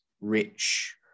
rich